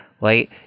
right